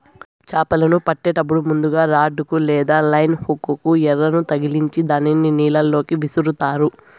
చాపలను పట్టేటప్పుడు ముందుగ రాడ్ కు లేదా లైన్ హుక్ కు ఎరను తగిలిచ్చి దానిని నీళ్ళ లోకి విసురుతారు